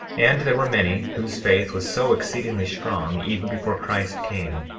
and there were many whose faith was so exceedingly strong, even before christ came,